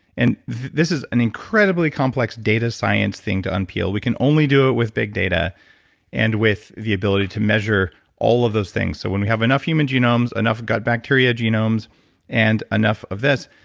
and this is an incredibly complex data science thing to unpeel we can only do it with big data and with the ability to measure all of those things. so when we have enough human genomes, enough gut bacteria genomes and enough of this,